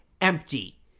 empty